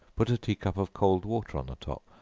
put a tea-cup of cold water on the top,